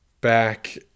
back